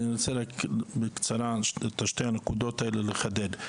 אני רוצה רק בקצרה את שתי הנקודות האלה לחדד.